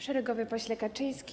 Szeregowy Pośle Kaczyński!